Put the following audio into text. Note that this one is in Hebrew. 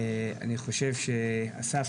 אני חושב שאסף,